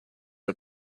are